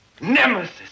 nemesis